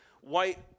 white